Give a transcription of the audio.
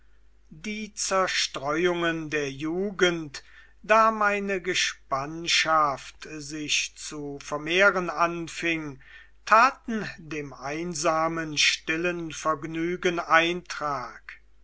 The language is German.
die zerstreuungen der jugend da meine gespannschaft sich zu vermehren anfing taten dem einsamen stillen vergnügen eintrag